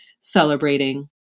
celebrating